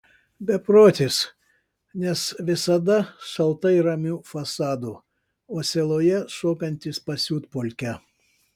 beprotis nes visada šaltai ramiu fasadu o sieloje šokantis pasiutpolkę